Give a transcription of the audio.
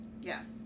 Yes